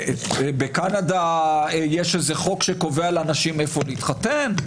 בקנדה יש חוק שקובע לאנשים איפה להתחתן?